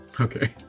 okay